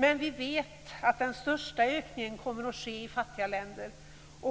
Men vi vet att den största ökningen kommer att ske i fattiga länder.